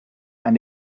and